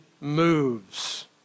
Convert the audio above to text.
moves